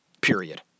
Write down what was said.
period